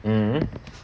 mmhmm